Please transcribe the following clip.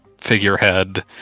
figurehead